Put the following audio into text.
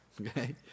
Okay